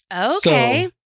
Okay